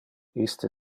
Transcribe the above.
iste